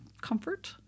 comfort